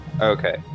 Okay